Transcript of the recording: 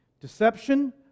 deception